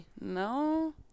No